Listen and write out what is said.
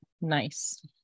nice